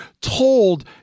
told